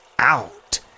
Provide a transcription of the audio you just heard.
out